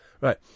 Right